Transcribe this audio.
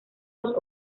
los